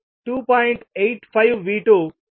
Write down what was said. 9V22